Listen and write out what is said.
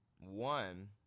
one